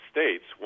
States